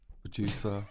producer